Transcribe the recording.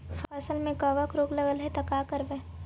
फसल में कबक रोग लगल है तब का करबै